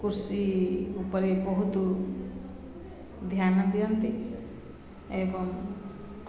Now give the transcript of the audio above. କୃଷି ଉପରେ ବହୁତ ଧ୍ୟାନ ଦିଅନ୍ତି ଏବଂ